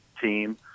team